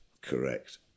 correct